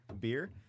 beer